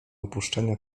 opuszczenia